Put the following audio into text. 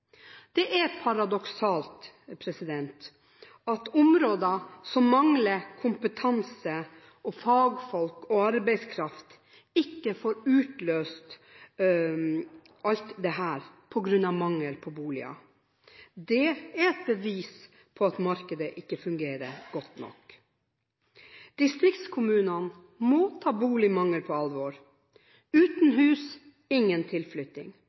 Det er paradoksalt at områder som mangler kompetanse, fagfolk og arbeidskraft, ikke får utløst dette på grunn av mangel på boliger. Det er et bevis på at markedet ikke fungerer godt nok. Distriktskommunene må ta boligmangelen på alvor. Uten hus, ingen tilflytting.